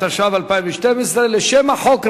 התשע"ב 2012. לשם החוק,